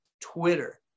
Twitter